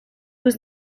was